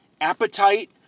appetite